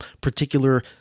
particular